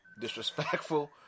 disrespectful